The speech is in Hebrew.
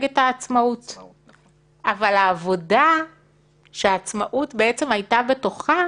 בהסדר שהיה קיים בתקנון אמרו,